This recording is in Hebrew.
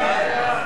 הוועדה,